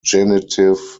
genitive